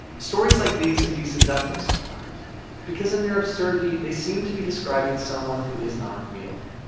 stories like these can be seductive sometimes because in their absurdity, they seem to be describing someone who is not real.